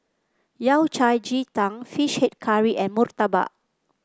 Yao Cai Ji Tang fish head curry and murtabak